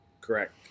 correct